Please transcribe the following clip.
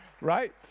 Right